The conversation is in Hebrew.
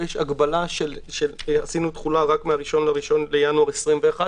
להסביר למה פה יש הגבלה שעשינו תחולה רק מה-1 בינואר 2021 כביכול.